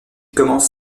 commence